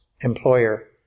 employer